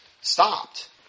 stopped